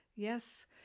Yes